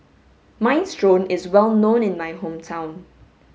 minestrone is well known in my hometown